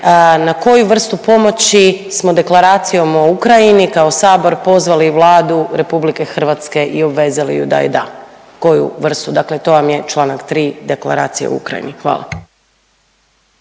na koju vrstu pomoći smo Deklaracijom o Ukrajini kao sabor pozvali Vladu RH i obvezali ju da je da, koju vrstu, dakle to vam je čl. 3. Deklaracije o Ukrajini? Hvala.